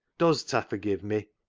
does ta forgive me?